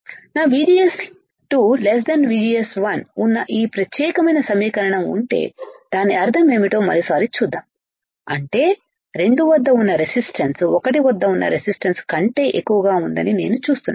నా VGS2 VGS1 ఉన్న ఈ ప్రత్యేకమైన సమీకరణం ఉంటే దాని అర్థం ఏమిటో మరోసారి చూద్దాం అంటే 2 వద్ద ఉన్నరెసిస్టన్స్ 1 వద్ద ఉన్న రెసిస్టన్స్ కంటే ఎక్కువగా ఉందని నేను చూస్తున్నాను